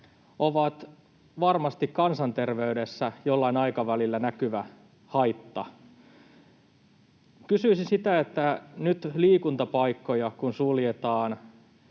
ovat varmasti kansanterveydessä jollain aikavälillä näkyvä haitta. Kysyisin sitä, että nyt kun liikuntapaikkoja suljetaan,